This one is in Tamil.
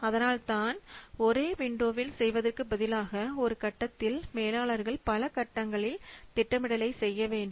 அதனால்தான் ஒரே விண்டோவில் செய்வதற்கு பதிலாக ஒருகட்டத்தில் மேலாளர்கள் பல கட்டங்களில் திட்டமிடலை செய்ய வேண்டும்